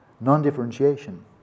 non-differentiation